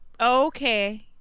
Okay